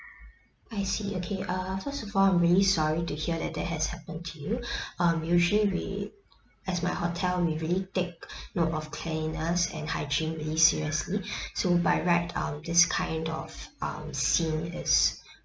I see okay err first of all I'm really sorry to hear that that has happened to you um usually we as my hotel we really take note of cleanliness and hygiene really seriously so by right um this kind of um scene is